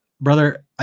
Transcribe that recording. Brother